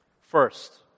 First